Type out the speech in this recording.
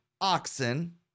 oxen